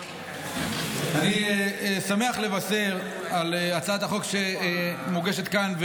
אני שמח לבשר על הצעת החוק שמוגשת כאן,